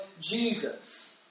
Jesus